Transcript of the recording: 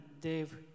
Dave